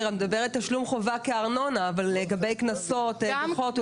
את מדברת על תשלום חובה כארנונה אבל מה לגבי קנסות ודוחות?